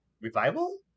Revival